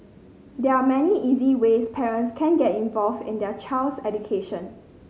there are many easy ways parents can get involved in their child's education